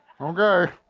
Okay